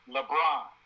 LeBron